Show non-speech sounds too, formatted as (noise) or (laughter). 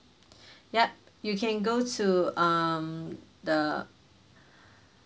(breath) yup you can go to um the (breath)